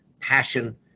passion